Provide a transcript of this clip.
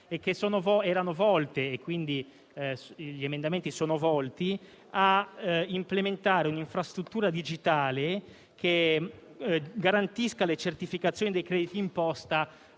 che erano volte - come l'emendamento in questione - a implementare un'infrastruttura digitale che garantisca le certificazioni dei crediti d'imposta